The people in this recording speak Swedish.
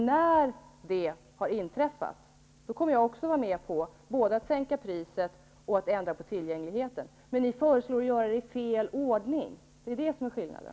När det har inträffat kommer jag också att vara med på både att sänka priset och att ändra tillgängligheten. Men ert förslag innebär att ni vill göra det i fel ordning. Det är det som är skillnaden.